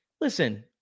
listen